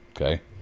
okay